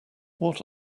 what